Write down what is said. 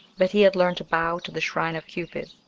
but he had learned to bow to the shrine of cupid.